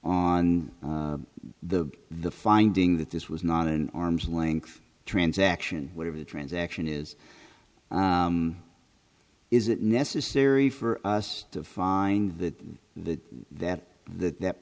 on the the finding that this was not an arm's length transaction whatever the transaction is is it necessary for us to find that the that that that